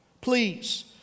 please